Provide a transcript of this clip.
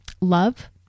love